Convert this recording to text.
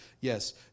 yes